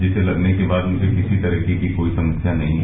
जिसे लगने के बाद मुझे किसी तरह की कोई समस्या नहीं है